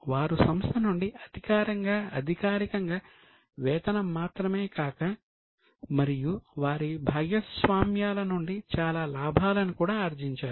వారు సంస్థ నుండి అధికారికంగా వేతనం మాత్రమే కాక మరియు వారి భాగస్వామ్యాల నుండి చాలా లాభాలను కూడా ఆర్జించారు